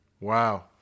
Wow